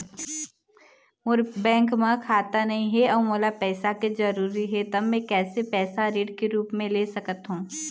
मोर bank म खाता नई हे अउ मोला पैसा के जरूरी हे त मे कैसे पैसा ऋण के रूप म ले सकत हो?